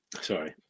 sorry